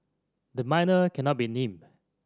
the minor cannot be named